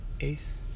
Ace